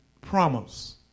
promise